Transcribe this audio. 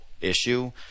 issue